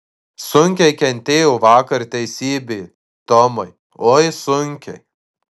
sunkiai kentėjo vakar teisybė tomai oi sunkiai